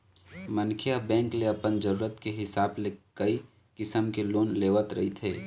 मनखे ह बेंक ले अपन जरूरत के हिसाब ले कइ किसम के लोन लेवत रहिथे